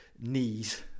knees